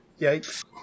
yikes